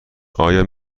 آیا